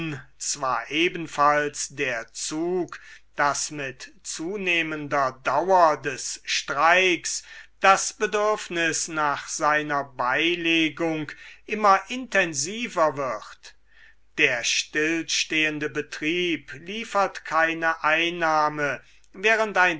zwar ebenfalls der zug daß mit zunehmender dauer des streiks das bedürfnis nach seiner beilegung immer intensiver wird der stillstehende betrieb liefert keine einnahme während ein